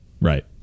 Right